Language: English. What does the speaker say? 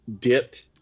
dipped